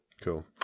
Cool